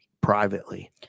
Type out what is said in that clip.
privately